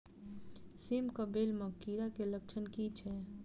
सेम कऽ बेल म कीड़ा केँ लक्षण की छै?